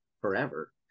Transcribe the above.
forever